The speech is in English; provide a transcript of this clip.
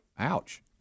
Ouch